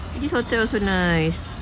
this hotel also nice